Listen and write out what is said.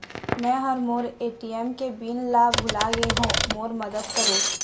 मै ह मोर ए.टी.एम के पिन ला भुला गे हों मोर मदद करौ